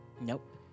Nope